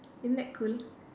isn't that cool